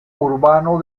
urbano